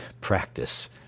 Practice